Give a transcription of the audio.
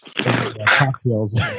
cocktails